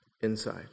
inside